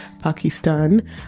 Pakistan